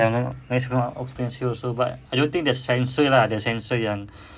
ya ma~ maximum occupancy also but I don't think there's sensor there's sensor yang